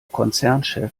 konzernchef